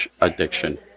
addiction